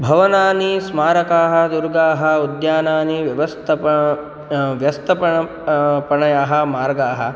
भवनानि स्मारकाः दुर्गाणि उद्यानानि व्यवस्तापनाः व्यस्तापनाः आपणाः मार्गाः